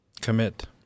commit